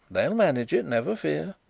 they'll manage it, never fear.